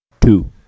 Two